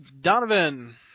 Donovan